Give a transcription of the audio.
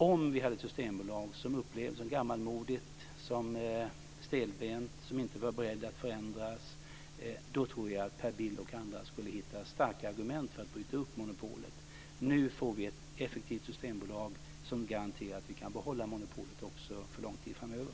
Om vi hade ett systembolag som upplevdes som gammalmodigt och stelbent och som inte var berett att förändras så tror jag att Per Bill och andra skulle hitta starka argument för att bryta upp monopolet. Nu får vi ett effektivt systembolag som garanterar att vi kan behålla monopolet också för lång tid framöver.